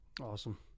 awesome